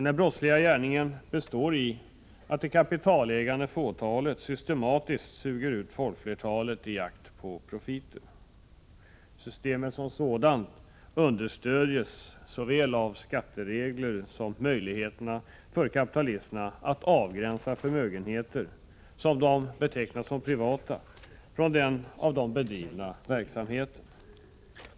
Den brottsliga gärningen består i att det kapitalägande fåtalet systematiskt suger ut folkflertalet i jakt på profiter. Systemet som sådant understödjes såväl av skatteregler som av möjligheterna för kapitalisterna att avgränsa förmögenheter, som de betecknar som privata, från den av dem bedrivna verksamheten.